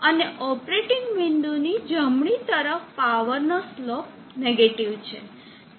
અને ઓપરેટિંગ બિંદુ ની જમણી તરફ પાવરનો સ્લોપ નેગેટીવ છે